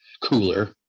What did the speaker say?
cooler